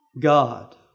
God